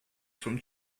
from